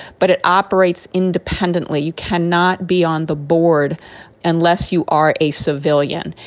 but it operates independently. you cannot be on the board unless you are a civilian.